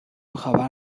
خبر